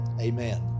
Amen